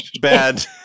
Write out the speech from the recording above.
bad